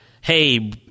hey